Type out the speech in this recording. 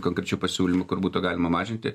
konkrečių pasiūlymų kur būtų galima mažinti